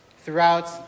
throughout